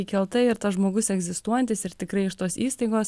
įkelta ir tas žmogus egzistuojantis ir tikrai iš tos įstaigos